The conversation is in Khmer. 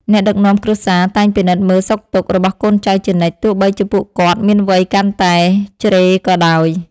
អ្នកដឹកនាំគ្រួសារតែងពិនិត្យមើលសុខទុក្ខរបស់កូនចៅជានិច្ចទោះបីជាពួកគាត់មានវ័យកាន់តែជ្រេក៏ដោយ។